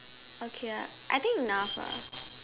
okay ah I think enough lah